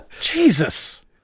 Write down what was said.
Jesus